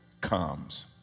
comes